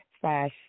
slash